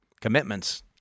commitments